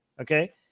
okay